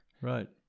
Right